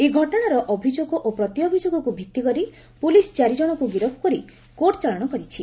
ଏହି ଘଟଣାର ଅଭିଯୋଗ ଓ ପ୍ରତିଅଭିଯୋଗକୁ ଭିଭିକରି ପୁଲିସ୍ ଚାରିଜଣଙ୍କୁ ଗିରଫ କରି କୋର୍ଟ ଚାଲାଶ କରିଛି